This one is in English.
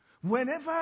Whenever